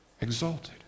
exalted